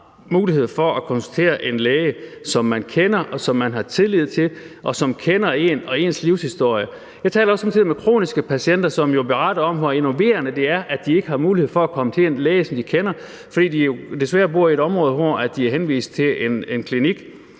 mulighed for at konsultere en læge, som man kender, og som man har tillid til, og som kender en og ens livshistorie. Jeg taler også somme tider med kroniske patienter, som jo beretter om, hvor enerverende det er, at de ikke har mulighed for at komme til en læge, som de kender, fordi de desværre bor i et område, hvor de er henvist til en klinik,